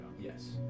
Yes